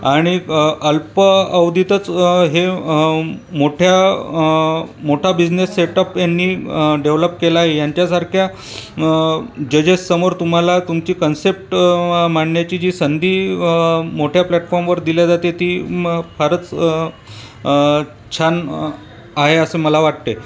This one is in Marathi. आणि अल्प अवधीतच हे मोठ्या मोठा बिझनेस सेटअप यांनी डेव्हलप केला आहे यांच्यासारख्या जजेससमोर तुम्हाला तुमची कन्सेप्ट मांडण्याची जी संधी मोठ्या प्लॅटफॉर्मवर दिल्या जाते ती फारच छान आहे असं मला वाटते